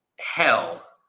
hell